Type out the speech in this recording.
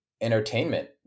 entertainment